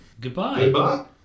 goodbye